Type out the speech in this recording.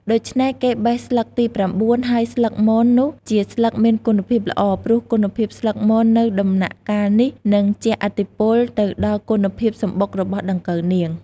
ដូច្នេះគេបេះស្លឹកទី៩ ហើយស្លឹកមននោះជាស្លឹកមានគុណភាពល្អ ព្រោះគុណភាពស្លឹកមននៅដំណាក់កាលនេះ នឹងជះឥទ្ធិពលទៅដល់គុណភាពសំបុករបស់ដង្កូវនាង។